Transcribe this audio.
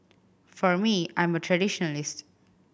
for me I'm a traditionalist